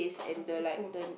of the food